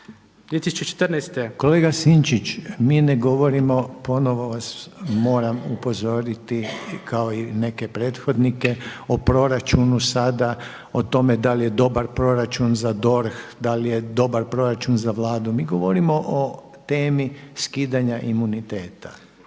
Kolega Sinčić mi ne govorimo ponovo vas moram upozoriti kao i neke prethodnike o proračunu sada o tome da li je dobar proračun za DORH, da li je dobar proračun za Vladu, mi govorimo o temi skidanja imuniteta